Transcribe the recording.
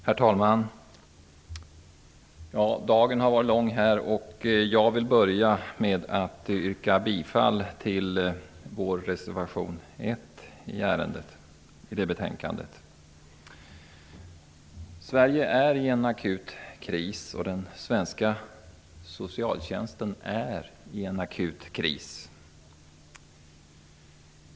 Herr talman! Dagen har varit lång. Jag vill börja med att yrka bifall till vår reservation nr 1 i det betänkande vi nu skall behandla. Sverige befinner sig i en akut kris. Den svenska socialtjänsten är i akut kris.